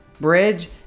bridge